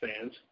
fans